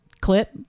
clip